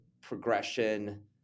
progression